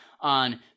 on